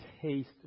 taste